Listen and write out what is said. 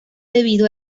debido